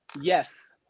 Yes